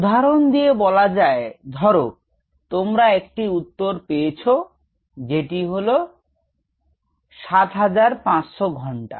উদাহরণ দিয়ে বলা যায় ধরো তোমরা একটি উত্তর পেয়েছ যেটি হল 7500 ঘন্টা